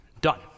done